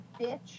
bitch